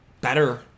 better